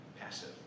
passive